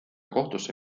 kohtusse